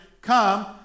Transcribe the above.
come